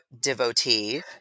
devotee